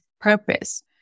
purpose